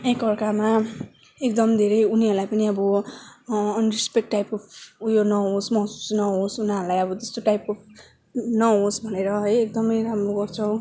एकार्कामा एकदम धेरै उनीहरूलाई पनि अब अनरेस्पेक्ट टाइपको उयो नहोस् महसुस नहोस् उनीहरूलाई त्यस्तो टाइपको नहोस् भनेर है एकदमै राम्रो गर्छौँ